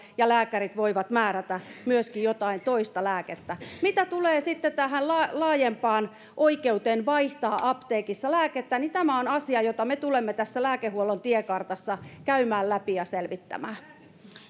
jolloin lääkärit voivat määrätä myöskin jotain toista lääkettä mitä tulee tähän laajempaan oikeuteen vaihtaa apteekissa lääkettä niin tämä on asia jota me tulemme lääkehuollon tiekartassa käymään läpi ja selvittämään